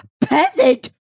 Peasant